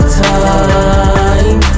time